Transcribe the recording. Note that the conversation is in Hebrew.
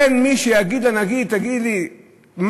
אין מי שיגיד לנגיד: תגיד לי,